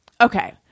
Okay